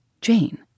Jane